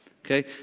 okay